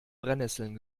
brennesseln